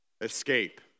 escape